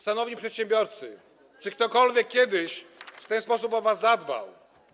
Szanowni przedsiębiorcy, czy ktokolwiek kiedyś w ten sposób o was zadbał?